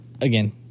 again